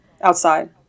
outside